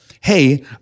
hey